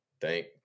thank